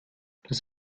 das